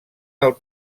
del